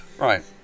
Right